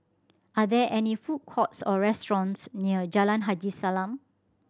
are there any food courts or restaurants near Jalan Haji Salam